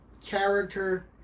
character